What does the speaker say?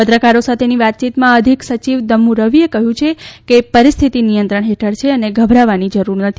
પત્રકારો સાથેની વાતચીતમાં અધિક સચિવ દમ્મુ રવિચે કહ્યું કે પરિસ્થિતિ નિયંત્રણ હેઠળ છે અને ગભરાવાની જરૂર નથી